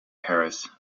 paris